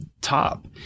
top